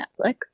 Netflix